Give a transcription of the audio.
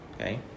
okay